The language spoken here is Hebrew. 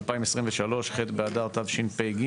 ה-1.3.2023, ח' באדר תשפ"ג.